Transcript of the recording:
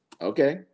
Okay